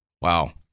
Wow